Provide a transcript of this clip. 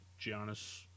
Giannis